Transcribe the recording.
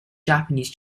japanese